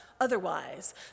otherwise